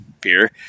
beer